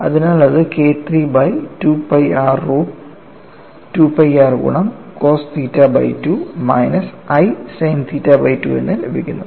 അതിനാൽ അത് K III by 2 pi r root 2 pi r ഗുണം cos theta by 2 minus i sine theta by 2 എന്ന് ലഭിക്കുന്നു